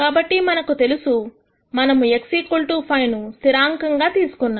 కాబట్టి మనకు తెలుసు మనము x5 ను స్థిరాంకం గా తీసుకున్నాము